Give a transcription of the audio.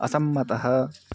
असम्मतः